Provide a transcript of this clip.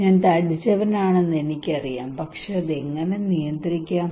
ഞാൻ തടിച്ചവനാണെന്ന് എനിക്കറിയാം പക്ഷേ അത് എങ്ങനെ നിയന്ത്രിക്കാം